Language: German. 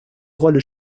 rolle